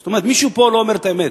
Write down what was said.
זאת אומרת מישהו פה לא אומר את האמת.